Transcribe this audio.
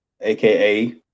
aka